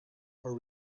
are